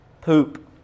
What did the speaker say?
poop